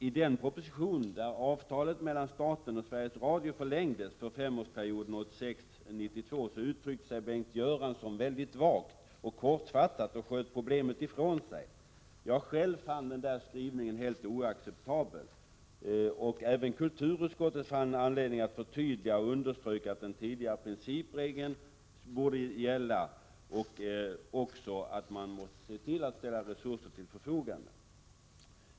I den proposition där avtalet mellan staten och Sveriges Radio förlängdes för femårsperioden 1986—1992 uttryckte sig Bengt Göransson mycket vagt och kortfattat och sköt problemet ifrån sig. Jag själv fann skrivningen helt oacceptabel. Även kulturutskottet fann anledning att förtydliga, och utskottet underströk att den tidigare principregeln borde gälla och att man måste se till att ställa resurser till förfogande.